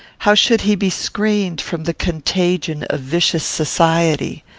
how should he be screened from the contagion of vicious society?